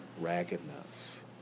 raggedness